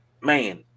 Man